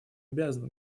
обязано